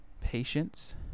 patience